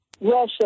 Russia